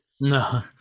No